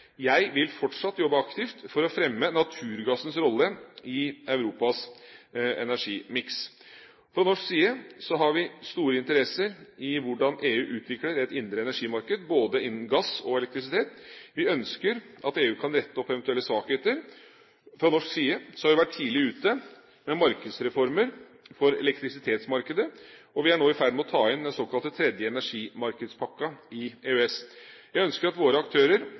Jeg vil fortsatt jobbe aktivt for å fremme naturgassens rolle i Europas energimiks. Fra norsk side har vi store interesser i hvordan EU utvikler et indre energimarked innen både gass og elektrisitet. Vi ønsker at EU kan rette opp eventuelle svakheter. Fra norsk side har vi vært tidlig ute med markedsreformer for elektrisitetsmarkedet, og vi er nå i ferd med å ta igjen den såkalte tredje energimarkedspakken i EØS. Jeg ønsker at våre aktører